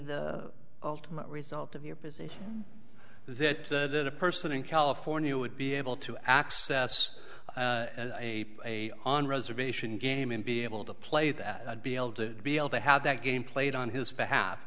the ultimate result of your position that that a person in california would be able to access a a on reservation game and be able to play that i'd be able to be able to have that game played on his